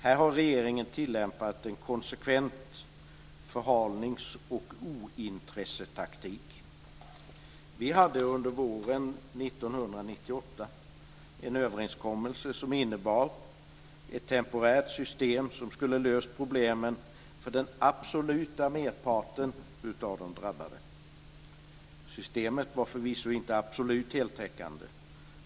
Här har regeringen tillämpat en konsekvent förhalnings och ointressetaktik. Vi hade under våren 1998 en överenskommelse som innebar ett temporärt system som skulle ha löst problemen för den absoluta merparten av de drabbade. Systemet var förvisso inte absolut heltäckande.